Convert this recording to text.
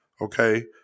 Okay